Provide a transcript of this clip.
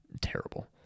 terrible